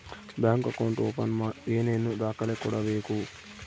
Bank account open ಏನೇನು ದಾಖಲೆ ಕೊಡಬೇಕು?